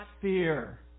fear